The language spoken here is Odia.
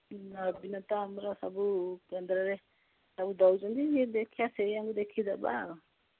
ନବୀନ ତ ଆମର ସବୁ କେନ୍ଦ୍ରରେ ସବୁ ଦେଉଛନ୍ତି ଦେଖିବା ସେଇଆ କୁ ଦେଖି ଦେବା ଆଉ